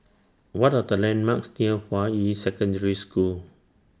What Are The landmarks near Hua Yi Secondary School